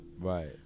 Right